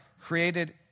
created